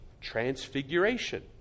transfiguration